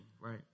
right